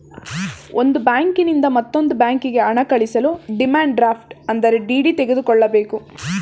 ಒಂದು ಬ್ಯಾಂಕಿನಿಂದ ಮತ್ತೊಂದು ಬ್ಯಾಂಕಿಗೆ ಹಣ ಕಳಿಸಲು ಡಿಮ್ಯಾಂಡ್ ಡ್ರಾಫ್ಟ್ ಅಂದರೆ ಡಿ.ಡಿ ತೆಗೆದುಕೊಳ್ಳಬೇಕು